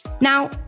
Now